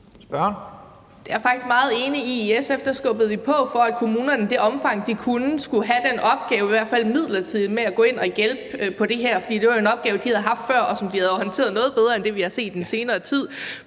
Det er jeg faktisk meget enig i. I SF skubbede vi på, for at kommunerne i det omfang, de kunne, i hvert fald midlertidigt skulle have den opgave med at gå ind og hjælpe, for det er jo en opgave, de har haft før, og som de havde håndteret noget bedre end det, vi har set i den senere tid.